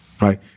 right